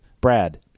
brad